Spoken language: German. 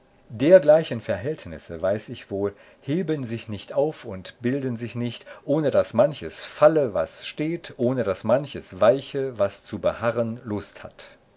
dergleichen verhältnisse weiß ich wohl heben sich nicht auf und bilden sich nicht ohne daß manches falle was steht ohne daß manches weiche was zu beharren lust hat